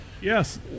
Yes